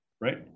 Right